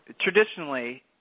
Traditionally